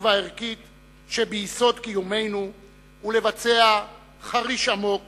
והערכית שביסוד קיומנו ולבצע חריש עמוק